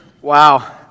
Wow